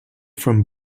from